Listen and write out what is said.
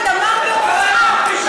דמם בראשך.